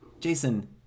Jason